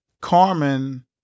Carmen